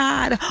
God